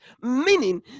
meaning